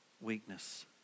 weakness